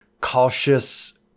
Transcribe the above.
cautious